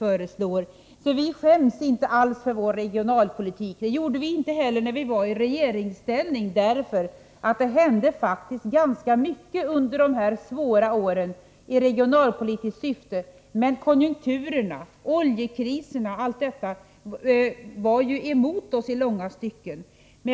Vi skäms alltså inte alls för vår regionalpolitik, och det gjorde vi inte heller när vi var i regeringsställning. Det gjordes faktiskt ganska mycket i regionalpolitiskt syfte under de svåra åren, men konjunkturerna, oljekriserna och allt detta var emot oss i långa stycken.